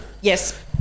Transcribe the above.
Yes